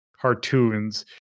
cartoons